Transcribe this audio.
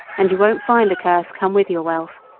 and you won't find a curse come with your wealth.